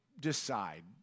decide